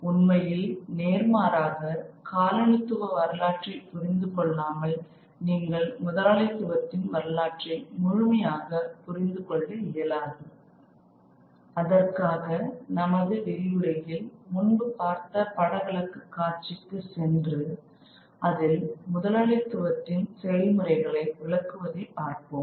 உண்மையில் நேர்மாறாக காலனித்துவ வரலாற்றைப் புரிந்து கொள்ளாமல் நீங்கள் முதலாளித்துவத்தின் வரலாற்றை முழுமையாகப் புரிந்து கொள்ள இயலாது அதற்காக நமது விதிமுறைகளில் முன்பு பார்த்த படவிளக்க காட்சிக்கு சென்று அதில் முதலாளித்துவத்தின் செயல்முறைகளை விளக்குவதை பார்ப்போம்